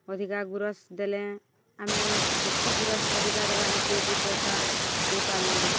ଅଧିକା ଗୁୁରସ୍ ଦେଲେ ଆମେ ଯେତ୍କି ଗୁୁରସ୍ ଅଧିକା ଦେବା ହେତେ ଦି ପଏସା ପଇପାର୍ମୁ